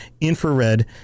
infrared